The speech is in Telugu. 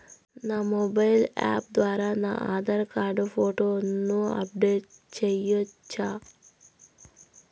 నా మొబైల్ యాప్ ద్వారా నా ఆధార్ కార్డు ఫోటోను అప్లోడ్ సేయొచ్చా?